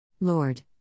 Lord